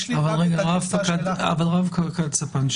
יש לי --- רב-פקד ספן,